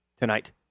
tonight